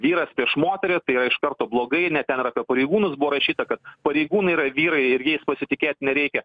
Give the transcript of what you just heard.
vyras prieš moterį ir tai yra iš karto blogai net ten ir apie pareigūnus buvo rašyta kad pareigūnai yra vyrai ir jais pasitikėt nereikia